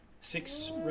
Six